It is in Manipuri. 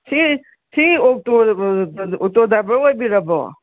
ꯁꯤ ꯁꯤ ꯑꯣꯇꯣ ꯗ꯭ꯔꯥꯏꯚꯔ ꯑꯣꯏꯕꯤꯔꯕꯣ